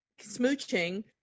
smooching